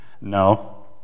No